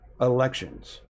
elections